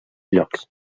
llocs